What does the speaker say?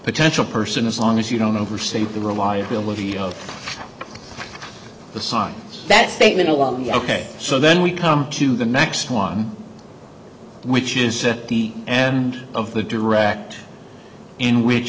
potential person as long as you don't overstate the reliability of the sign that statement along ok so then we come to the next one which is that the and of the direct in which